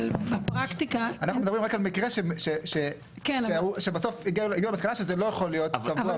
אנחנו מדברים רק על מקרה שבסוף הגיעו למסקנה שזה לא יכול להיות קבוע.